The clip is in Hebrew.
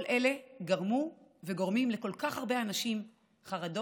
כל אלה גרמו וגורמים לכל כך הרבה אנשים חרדות,